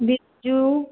बिज्जू